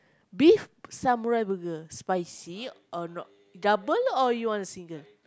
beef samurai burger spicy or not double or you want single